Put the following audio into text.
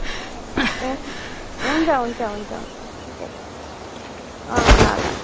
हु हुन्छ हुन्छ हुन्छ हुन्छ ल ल